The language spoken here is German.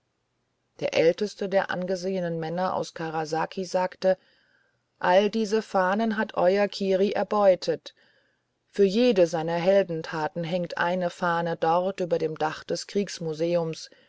der älteste der angesehenen männer aus karasaki sagte alle diese fahnen hat euer kiri erbeutet für jede seiner heldentaten hängt eine fahne dort über dem dach des